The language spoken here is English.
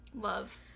Love